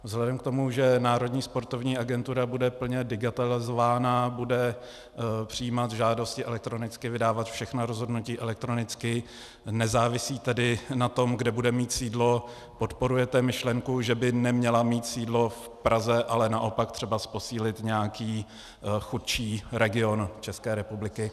Vzhledem k tomu, že Národní sportovní agentura bude plně digitalizována, bude přijímat žádosti elektronicky, vydávat všechna rozhodnutí elektronicky, nezávisí tedy na tom, kde bude mít sídlo podporujete myšlenku, že by neměla mít sídlo v Praze, ale naopak třeba posílit nějaký chudší region České republiky?